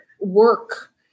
work